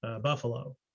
Buffalo